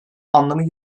anlamı